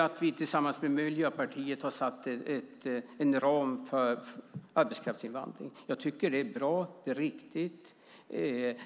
Tillsammans med Miljöpartiet har vi satt en ram för arbetskraftsinvandringen. Jag tycker att det är bra och riktigt.